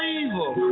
evil